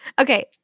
Okay